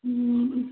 ہوں